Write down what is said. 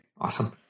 Awesome